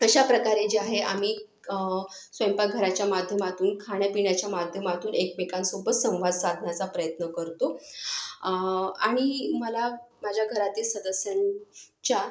तशा प्रकारे जे आहे आम्ही क स्वैंपाकघराच्या माध्यमातून खाण्यापिण्याच्या माध्यमातून एकमेकांसोबत संवाद साधण्याचा प्रयत्न करतो आणि मला माझ्या घरातील सदस्यांच्या